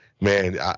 man